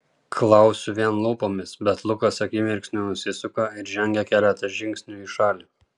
klausiu vien lūpomis bet lukas akimirksniu nusisuka ir žengia keletą žingsnių į šalį